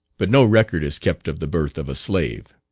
but no record is kept of the birth of a slave.